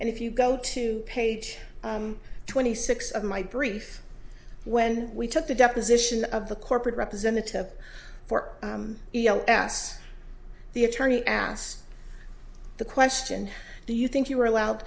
and if you go to page twenty six of my brief when we took the deposition of the corporate representative for us the attorney asked the question do you think you were allowed